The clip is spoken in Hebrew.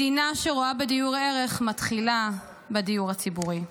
מדינה שרואה בדיור ערך מתחילה בדיור הציבורי.